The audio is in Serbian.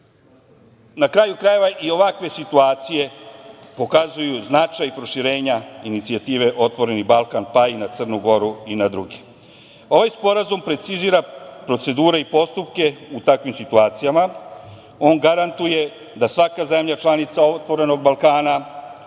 Na kraju krajeva i ovakve situacije pokazuju značaj proširenja inicijative „Otvoreni Balkan“, pa i na Crnu Goru i na druge. Ovaj sporazum precizira procedure i postupke u takvim situacijama. On garantuje da svaka zemlja članica „Otvorenog Balkana“